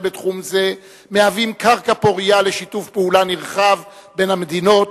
בתחום זה מהווים קרקע פורייה לשיתוף פעולה נרחב בין המדינות,